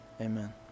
amen